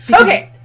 Okay